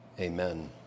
Amen